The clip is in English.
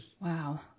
Wow